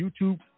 YouTube